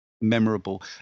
memorable